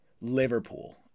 Liverpool